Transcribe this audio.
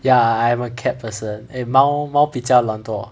ya I am a cat person eh 猫猫比较懒惰